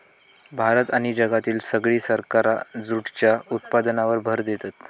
भारत आणि जगातली सगळी सरकारा जूटच्या उत्पादनावर भर देतत